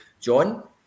John